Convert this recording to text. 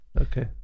Okay